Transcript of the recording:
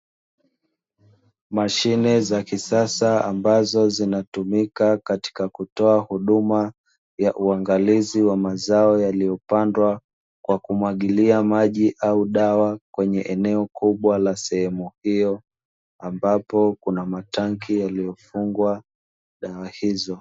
Mashine za kisasa ambazo zinatumika katika kutoa huduma ya uangalizi wa mazao yaliyopandwa kwa kumwagilia maji au dawa, kwenye eneo kubwa la sehemu hiyo ambapo kuna matanki yaliyofungwa dawa hizo.